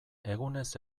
egunez